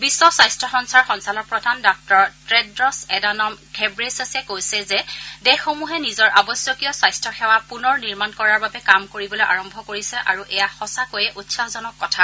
বিশ্ব স্বাস্থ্য সংস্থাৰ সঞ্চালকপ্ৰধান ডাঃ ট্ৰেড ছ এডানম ঘেব্ৰেইছছে কৈছে যে দেশসমূহে নিজৰ আৱশ্যকীয় স্বাস্থ্য সেৱা পুনৰ নিৰ্মাণ কৰাৰ বাবে কাম কৰিবলৈ আৰম্ভ কৰিছে আৰু এয়া সঁচাকৈয়ে উৎসাহজনক কথা